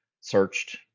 searched